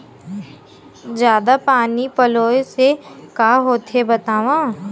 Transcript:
जादा पानी पलोय से का होथे बतावव?